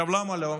למה לא?